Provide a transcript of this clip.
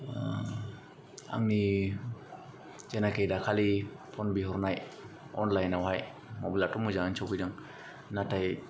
आंनि जेनाखि दाखालि फन बिहरनाय अनलाइनावहाय मबायलाथ' मोजाङानो सफैदों नाथाय